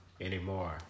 Anymore